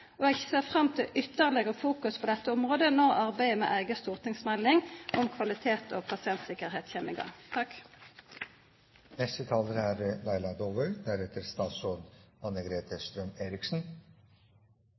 og jeg ser fram til ytterligere fokus på dette området når arbeidet med en egen stortingsmelding om kvalitet og pasientsikkerhet kommer i gang.